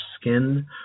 skin